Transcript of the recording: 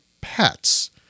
pets